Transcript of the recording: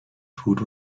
food